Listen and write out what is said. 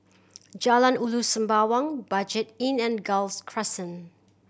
Jalan Ulu Sembawang Budget Inn and Gul Crescent